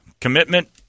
commitment